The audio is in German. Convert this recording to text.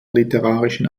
literarischen